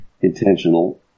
intentional